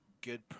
good